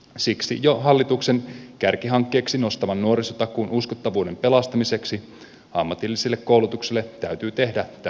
siksi jo hallituksen kärkihankkeeksi nostaman nuorisotakuun uskottavuuden pelastamiseksi täytyy ammatilliselle koulutukselle tehdä tämä päivitys